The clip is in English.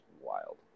wild